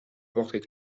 portraits